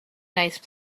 nice